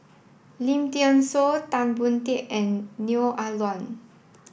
Lim Thean Soo Tan Boon Teik and Neo Ah Luan